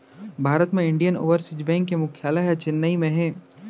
भारत म Indian Overseas Bank के मुख्यालय ह चेन्नई म हे